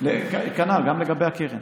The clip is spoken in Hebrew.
כנ"ל גם לגבי הקרן.